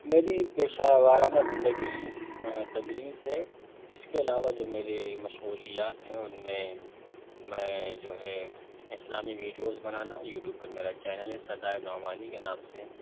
میری پیشہ ورانہ زندگی تدریس ہے اس کے علاوہ جو میر ے مشغولیات ہیں اور میں میں جو ہے اسلامی وڈیوز بنانا یوٹیوب پر میرا چینل ہے صدائے نعمانی کے نام سے